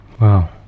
Wow